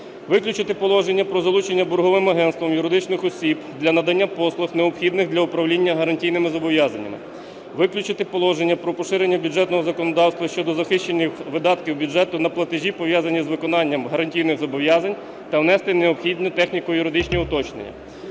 Виключити положення про залучення борговим агентством юридичних осіб для надання послуг, необхідних для управління гарантійними зобов’язаннями. Виключити положення про поширення бюджетного законодавства щодо захищених видатків бюджету на платежі, пов’язані з виконанням гарантійних зобов’язань та внести необхідні техніко-юридичні уточнення.